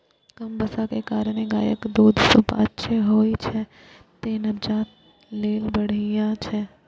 कम बसा के कारणें गायक दूध सुपाच्य होइ छै, तें नवजात लेल बढ़िया छै